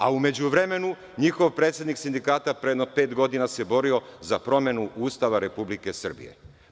A u međuvremenu njihov predsednik sindikata pre jedno pet godina se borio za promenu Ustava Republike Srbije.